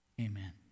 Amen